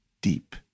deep